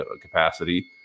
capacity